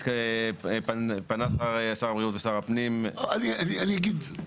פנה שר הבריאות ושר הפנים --- אני אגיד,